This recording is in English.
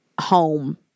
home